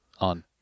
on